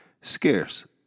scarce